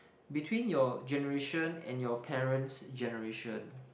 between your generation and your parents' generation